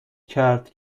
کرد